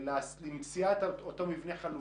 למציאת אותו מבנה חלופי,